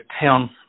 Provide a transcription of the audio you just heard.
town